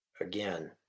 Again